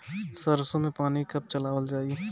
सरसो में पानी कब चलावल जाई?